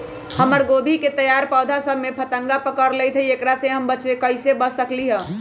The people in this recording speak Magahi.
हमर गोभी के तैयार पौधा सब में फतंगा पकड़ लेई थई एकरा से हम कईसे बच सकली है?